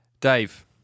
Dave